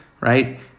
right